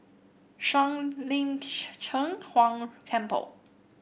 Shuang Lin Cheng Huang Temple